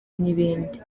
n’ibindi